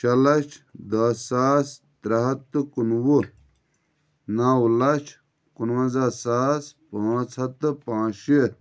شیٚے لچھ دہ ساس ترٛےٚ ہَتھ تہٕ کُنوُہ نَو لچھ کنونزہ ساس پانٛژھ ہَتھ تہٕ پانٛژھ شیٖتھ